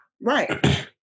right